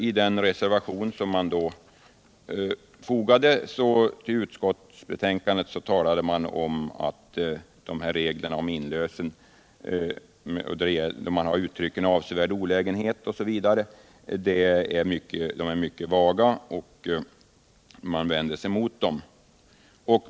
I den reservation som då fogades till utskottsutlåtandet talade man om att reglerna om inlösen, där det finns uttryck som avsevärd olägenhet osv., är mycket vaga, och man vände sig mot dem.